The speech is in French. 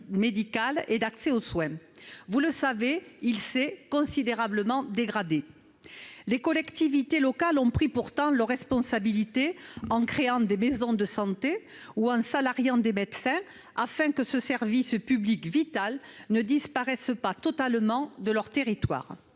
médicale et d'accès aux soins. Vous le savez, la situation s'est considérablement dégradée. Les collectivités locales ont pourtant pris leurs responsabilités en créant des maisons de santé ou en salariant des médecins, afin que ce service public vital ne disparaisse pas totalement de leurs territoires.